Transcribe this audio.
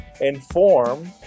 inform